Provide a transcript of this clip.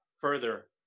further